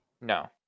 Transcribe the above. No